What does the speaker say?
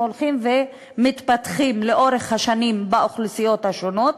שהולכים ומתפתחים לאורך השנים באוכלוסיות השונות,